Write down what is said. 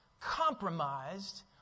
compromised